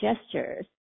gestures